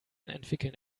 entwickeln